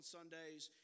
Sundays